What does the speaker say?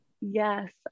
Yes